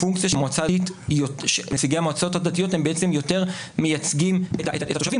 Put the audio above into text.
שהפונקציה של נציגי המועצות הדתיות היא שהם יותר מייצגים את התושבים,